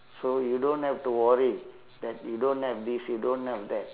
so you don't have to worry that you don't have this you don't have that